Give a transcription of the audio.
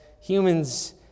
humans